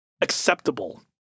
acceptable